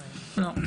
לא.